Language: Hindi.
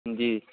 जी